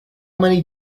many